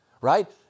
right